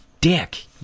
dick